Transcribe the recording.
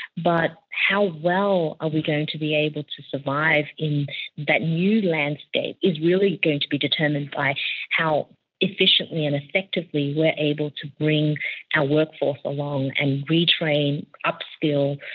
but how well are we going to be able to survive in that new landscape is really going to be determined by how efficiently and effectively we are able to bring our workforce along and retrain, upskill,